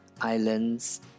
islands